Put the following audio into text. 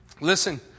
Listen